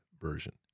version